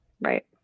Right